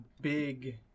big